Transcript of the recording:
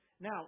Now